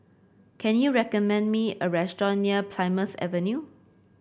can you recommend me a restaurant near Plymouth Avenue